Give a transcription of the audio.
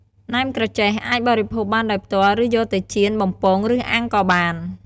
ណែមក្រចេះអាចបរិភោគបានដោយផ្ទាល់ឬយកទៅចៀន បំពង ឬអាំងក៏បាន។